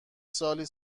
سالی